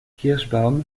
kirschbaum